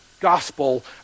Gospel